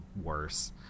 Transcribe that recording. worse